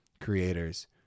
creators